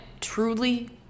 truly